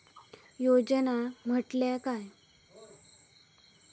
योजना म्हटल्या काय?